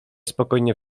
spokojnie